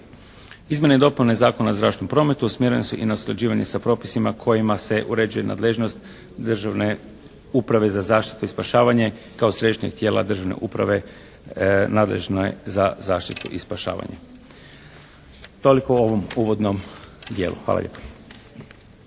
Izmjene i dopune Zakona o zračnom prometu usmjerene su i na usklađivanje sa propisima kojima se uređuje nadležnost Državne uprave za zaštitu i spašavanje kao središnjeg tijela državne uprave nadležne za zaštitu i spašavanje. Toliko u ovom uvodnom dijelu. Hvala lijepa.